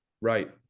right